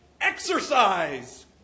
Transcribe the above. exercise